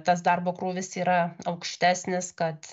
tas darbo krūvis yra aukštesnis kad